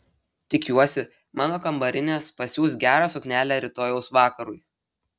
tikiuosi mano kambarinės pasiūs gerą suknelę rytojaus vakarui